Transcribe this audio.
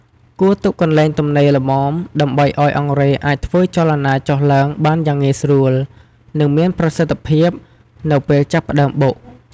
គួរទុកកន្លែងទំនេរល្មម ដើម្បីឱ្យអង្រែអាចធ្វើចលនាចុះឡើងបានយ៉ាងងាយស្រួល និងមានប្រសិទ្ធភាពនៅពេលចាប់ផ្ដើមបុក។